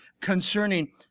concerning